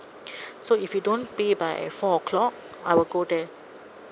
so if you don't pay by four o'clock I will go there